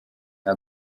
nta